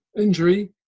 injury